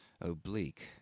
oblique